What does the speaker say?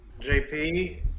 JP